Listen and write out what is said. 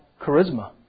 charisma